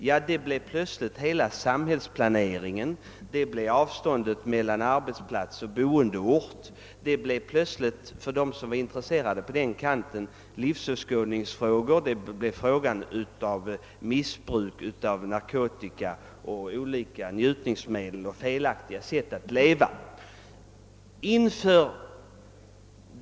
Man kom plötsligt att tala om hela samhällsplaneringen, avståndet mellan arbetsplats och boendeort, och de som var intresserade av det talade om livsåskådningsfrågor, om missbruk av narkotika och olika njutningsmedel och om felaktiga levnadsvanor.